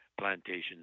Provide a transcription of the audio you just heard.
plantations